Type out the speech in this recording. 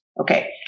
Okay